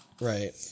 Right